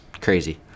crazy